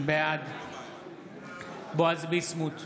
בעד בועז ביסמוט,